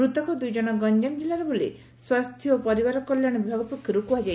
ମୂତକ ଦୁଇଜଣ ଗଞାମ କିଲ୍ବାର ବୋଲି ସ୍ୱାସ୍ଥ୍ୟ ଓ ପରିବାର କଲ୍ୟାଣ ବିଭାଗ ପକ୍ଷରୁ କୁହାଯାଇଛି